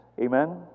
Amen